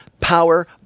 power